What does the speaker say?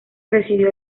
residió